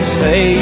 say